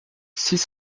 six